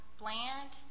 bland